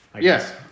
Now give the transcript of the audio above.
Yes